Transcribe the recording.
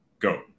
Go